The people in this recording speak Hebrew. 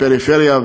הפריפריה,